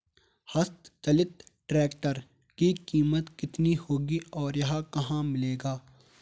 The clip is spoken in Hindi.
हस्त चलित ट्रैक्टर की कीमत कितनी होगी और यह कहाँ मिलेगा?